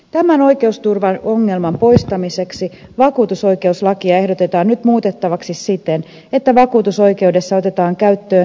tämän oikeusturvaongelman poistamiseksi vakuutusoikeuslakia ehdotetaan nyt muutettavaksi siten että vakuutusoikeudessa otetaan käyttöön asiantuntijalääkärijärjestelmä